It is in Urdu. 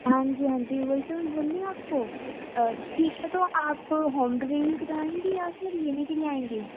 ہاں جی ہاں جی وہی تو میں بول رہی آپ کو آ ٹھیک ہے تو آپ ہوم ڈیلیوری کرائیں گی یا پھر لینے کے لیے آئیں گی